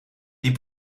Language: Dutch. die